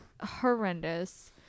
horrendous